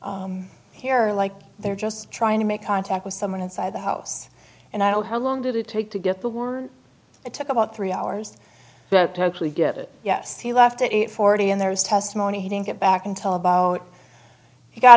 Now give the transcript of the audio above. here like they're just trying to make contact with someone inside the house and i don't know how long did it take to get the word it took about three hours but hopefully get it yes he left at eight forty and there was testimony he didn't get back until about he got